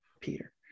peter